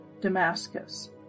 Damascus